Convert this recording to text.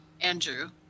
Andrew